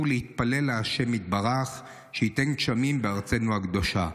להתפלל להשם יתברך שייתן גשמים בארצנו הקדושה.